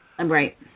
Right